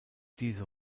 diese